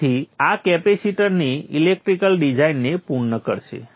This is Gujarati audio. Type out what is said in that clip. તેથી આ કેપેસિટરની ઇલેક્ટ્રિકલ ડિઝાઇનને પૂર્ણ કરશે